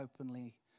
openly